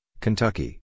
Kentucky